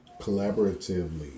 collaboratively